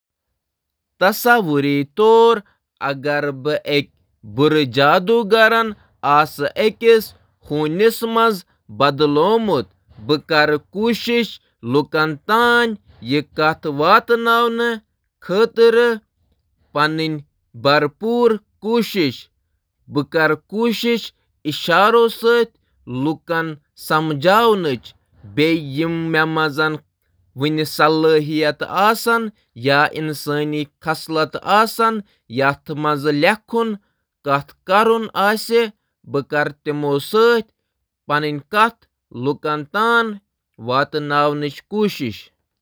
تصور کْریو اگر بہٕ آسہٕ آمُت، أکِس بُرٕ جادوگر سٕنٛدِ دٔسۍ ہوٗنۍ بَناونہٕ آمُت۔ بہٕ کَرٕ مختلف طریقو سۭتۍ لوٗکَن سۭتۍ کتھ باتھ کرنٕچ کوٗشش۔ آواز، اتھن ہٕندۍ سگنل، جسمٕچ پوسچر تہٕ ٹچ۔